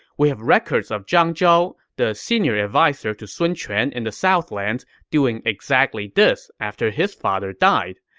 we have records of zhang zhao, the senior adviser to sun quan in the southlands, doing exactly this after his father died.